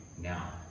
now